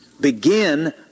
Begin